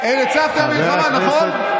הצלחתם במלחמה, נכון?